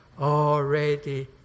already